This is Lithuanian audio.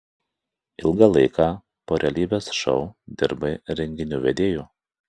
ilgą laiką po realybės šou dirbai renginių vedėju